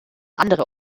andere